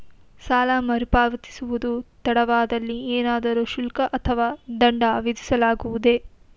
ಸಾಲ ಮರುಪಾವತಿಸುವುದು ತಡವಾದಲ್ಲಿ ಏನಾದರೂ ಶುಲ್ಕ ಅಥವಾ ದಂಡ ವಿಧಿಸಲಾಗುವುದೇ?